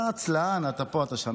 אתה עצלן, אתה פה, אתה שם.